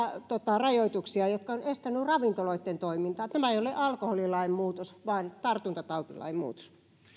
rajoituksia jotka ovat estäneet ravintoloitten toimintaa tämä ei ole alkoholilain muutos vaan tartuntatautilain muutos